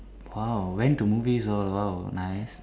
!wow! went to movies oh !wow! nice